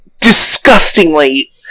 disgustingly